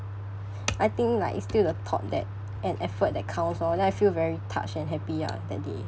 I think like it's still the thought that and effort that counts lor then I feel very touched and happy lah that day